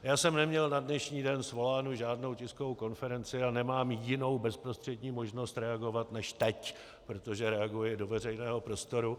Já jsem neměl na dnešní den svolánu žádnou tiskovou konferenci a nemám jinou bezprostřední možnost reagovat než teď, protože reaguji do veřejného prostoru.